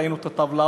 ראינו את הטבלאות,